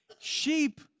Sheep